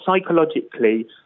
psychologically